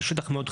תודה.